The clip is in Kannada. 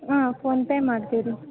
ಹಾಂ ಫೋನ್ಪೇ ಮಾಡ್ತೀವಿ ರೀ